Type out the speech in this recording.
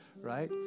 right